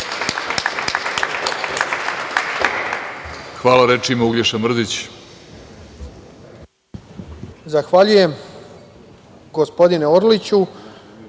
Hvala. Reč ima Uglješa Mrdić.